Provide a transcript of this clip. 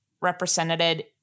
represented